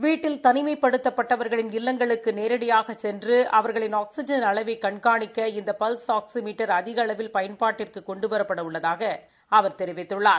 வீட்டில் தனிமைப்படுத்தப் பட்டவர்களின் இல்லங்களுக்கு நேரடியாக சென்று அவர்களின் ஆக்ஸிஜன் அளவை கண்காணிக்கவும் இந்த பல்ஸ் ஆக்ஸிமீட்டர் அதிக அளவில் பயன்பாட்டிற்கு கொண்டுவரப்பட உள்ளதாக அவர் தெரிவித்துள்ளார்